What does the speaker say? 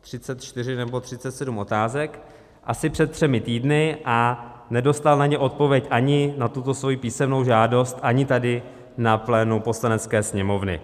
34 nebo 37 otázek, asi před třemi týdny a nedostal na ně odpověď, ani na tuto svoji písemnou žádost , ani tady na plénu Poslanecké sněmovny.